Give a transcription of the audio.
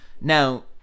Now